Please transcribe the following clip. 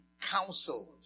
counseled